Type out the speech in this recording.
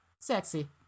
sexy